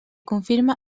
confirma